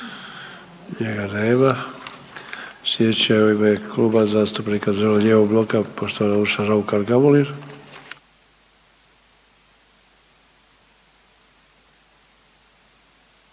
Njega nema. Sljedeća je u ime Kluba zastupnika zeleno-lijevog bloka poštovana Urša Raukar Gamulin.